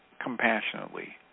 compassionately